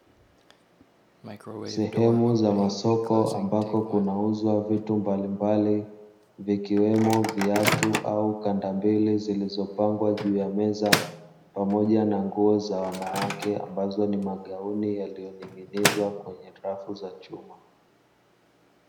Sehemu za masoko ambako kuna uzwa vitu mbalimbali vikiwemo viatu au kandambili, zilizopangwa juu ya meza. Pamoja na nguo za wanawake ambazo ni magauni yakiyoning’inizwa kwenye rafu za chuma.